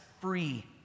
free